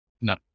No